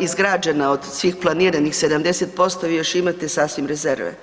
izgrađena od svih planiranih 70% vi još imate sasvim rezerve.